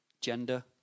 gender